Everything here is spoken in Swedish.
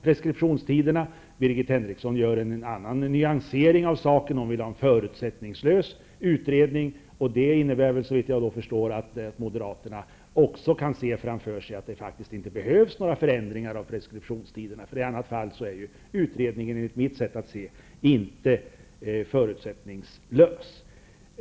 Birgit Henriksson gör en nyansering av saken och vill ha en förutsättningslös utredning. Detta innebär såvitt jag förstår att Moderaterna också kan se framför sig att det faktiskt inte behövs några förändringar av preskriptionstiderna, för i annat fall är ju utredningen enligt mitt sätt att se inte förutsättningslös.